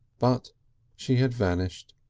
but she had vanished,